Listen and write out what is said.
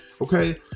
okay